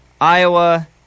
Iowa